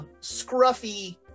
scruffy